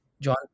John